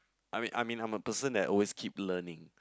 I mean I mean I'm a person that always keep learning